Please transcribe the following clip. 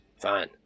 Fine